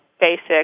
basic